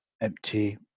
empty